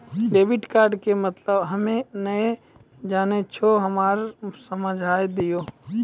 Debit card के मतलब हम्मे नैय जानै छौ हमरा समझाय दियौ?